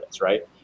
right